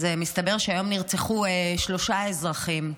אז מסתבר שהיום נרצחו שלושה אזרחים,